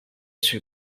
sui